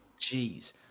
Jeez